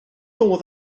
oedd